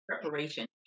preparation